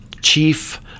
chief